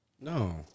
no